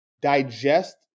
digest